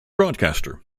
broadcaster